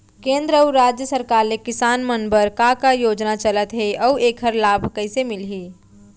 केंद्र अऊ राज्य सरकार ले किसान मन बर का का योजना चलत हे अऊ एखर लाभ कइसे मिलही?